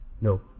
No